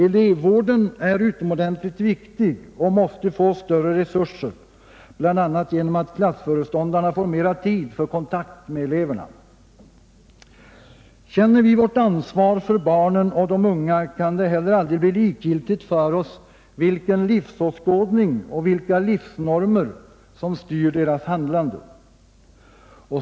Elevvården är utomordentligt viktig och måste få större resurser, bl.a. genom att klassföreståndarna får mera tid för kontakt med eleverna. Känner vi vårt ansvar för barnen och de unga kan det heller aldrig bli likgiltigt för oss vilken livsåskådning och vilka livsnormer som styr deras handlande.